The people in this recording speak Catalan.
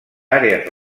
àrees